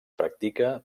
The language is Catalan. practica